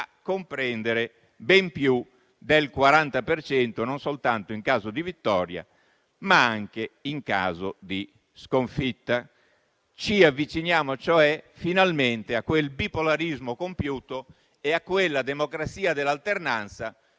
comprendere ben più del 40 per cento, non soltanto in caso di vittoria, ma anche in caso di sconfitta. Ci avviciniamo cioè, finalmente, a quel bipolarismo compiuto e a quella democrazia dell'alternanza